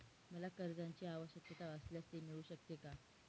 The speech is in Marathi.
मला कर्जांची आवश्यकता असल्यास ते मिळू शकते का?